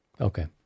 Okay